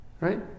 Right